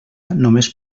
només